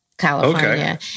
California